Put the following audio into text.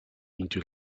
into